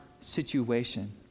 Situation